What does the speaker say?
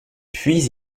puis